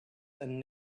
and